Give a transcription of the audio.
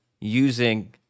using